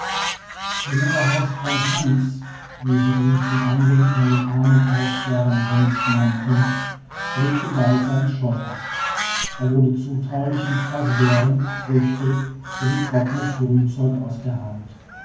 ihr neuer hausfreund hans wie sie ihn zum andenken an den armen eisbärenhans nannten legte bald seine scheu ab er wurde zutraulich und fraß beeren früchte sowie trockenes grünzeug aus der hand